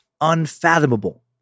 unfathomable